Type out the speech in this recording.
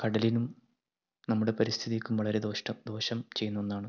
കടലിനും നമ്മുടെ പരിസ്ഥിതിക്കും വളരെ ദോഷ്ടം ദോഷം ചെയ്യുന്ന ഒന്നാണ്